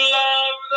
love